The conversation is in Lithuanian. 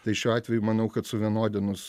tai šiuo atveju manau kad suvienodinus